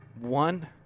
one